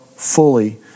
fully